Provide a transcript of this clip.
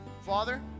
Father